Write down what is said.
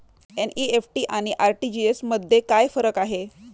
NEFT आणि RTGS मध्ये काय फरक आहे?